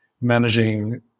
managing